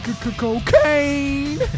Cocaine